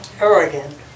arrogant